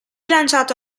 lanciata